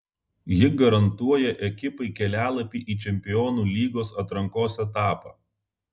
ji garantuoja ekipai kelialapį į čempionų lygos atrankos etapą